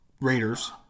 Raiders